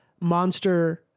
Monster